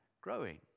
growing